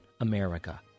America